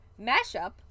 Mashup